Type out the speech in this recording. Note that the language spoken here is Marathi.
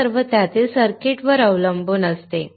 हे सर्व त्यातील सर्किटवर अवलंबून असते